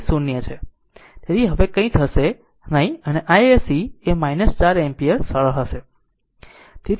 તેથી અહીં કંઇ હશે નહીં અને isc એ 4 એમ્પીયર સરળ હશે